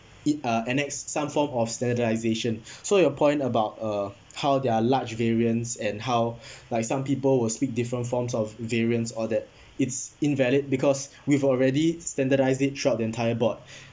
it uh and ex some form of standardisation so your point about uh how their large variants and how like some people will speak different forms of variants all that it's invalid because we've already standardised it throughout the entire board